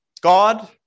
God